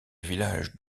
village